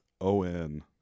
O-N